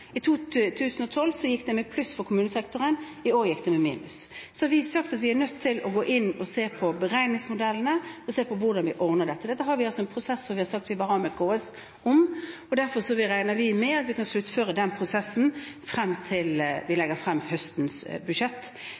i minus. Vi har sagt at vi er nødt til å gå inn og se på beregningsmodellene og på hvordan vi ordner dette. Dette har vi altså en prosess om, som vi har sagt vi vil ha med KS. Derfor regner vi med at vi kan sluttføre den prosessen frem til vi legger frem høstens budsjett.